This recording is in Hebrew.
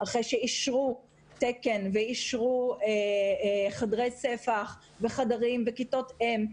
אחרי שאישרו תקן ואישרו חדרי ספח וכיתות אם,